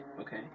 okay